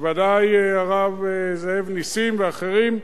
ודאי הרב זאב נסים ואחרים,